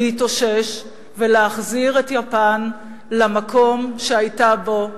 להתאושש ולהחזיר את יפן למקום שהיתה בו,